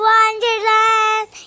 Wonderland